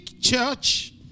church